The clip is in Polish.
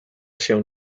się